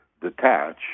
detach